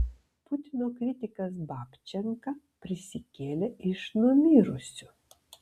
putino kritikas babčenka prisikėlė iš numirusių